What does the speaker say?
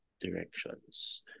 directions